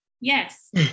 yes